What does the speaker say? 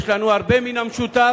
יש לנו הרבה מן המשותף